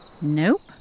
Nope